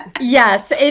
Yes